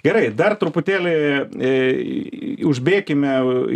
gerai dar truputėlį užbėkime įlįskime į automobilio vidų ane